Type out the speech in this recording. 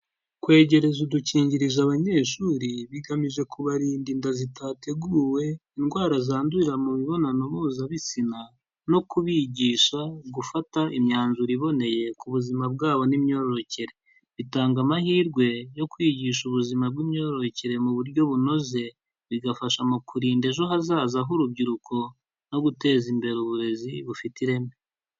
Kwegereza udukingirizo abanyeshuri, bigamije kubarinda inda zitateguwe, indwara zandurira mu mibonano mpuzabitsina no kubigisha gufata imyanzuro iboneye ku buzima bwabo n'imyororokere. Bitanga amahirwe yo kwigisha ubuzima bw'imyororokere mu buryo bunoze, bigafasha mu kurinda ejo hazaza h'urubyiruko no guteza imbere uburezi bufite ireme.